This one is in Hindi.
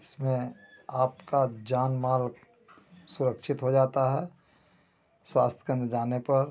इसमें आपका जान माल सुरक्षित हो जाता है स्वास्थ्य केन्द्र जाने पर